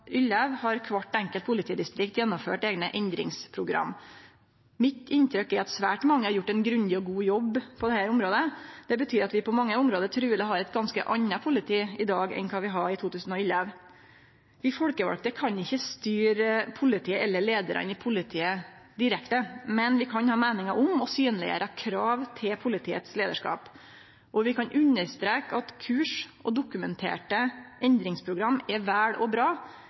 har kvart enkelt politidistrikt gjennomført eigne endringsprogram. Inntrykket mitt er at svært mange har gjort ein grundig og god jobb på dette området. Det betyr at vi på mange område truleg har eit ganske anna politi i dag enn det vi hadde i 2011. Vi folkevalde kan ikkje styre politiet eller leiarane i politiet direkte, men vi kan ha meiningar om og synleggjere krav til politiets leiarskap. Vi kan understreke at kurs og dokumenterte endringsprogram er vel og bra,